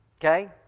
okay